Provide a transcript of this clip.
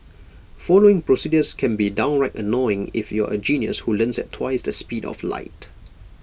following procedures can be downright annoying if you're A genius who learns at twice the speed of light